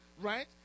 right